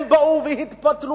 הם באו והתפתלו,